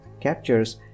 captures